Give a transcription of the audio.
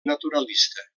naturalista